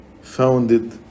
founded